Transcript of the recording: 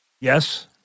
Yes